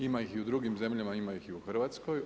Ima ih i u drugim zemljama, ima ih i u Hrvatskoj.